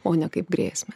o ne kaip grėsmę